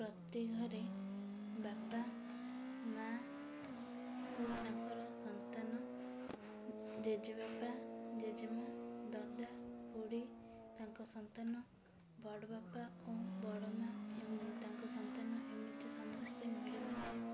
ପ୍ରତି ଘରେ ବାପା ମାଆ ଓ ତାଙ୍କର ସନ୍ତାନ ଜେଜେବାପା ଜେଜେମାଆ ଦାଦା ଖୁଡ଼ି ତାଙ୍କ ସନ୍ତାନ ବଡ଼ବାପା ଓ ବଡ଼ ମାଆ ଏମ୍ ତାଙ୍କ ସନ୍ତାନ ଏମିତି ସମସ୍ତେ ମିଳିମିଶି